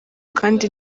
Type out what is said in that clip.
kandi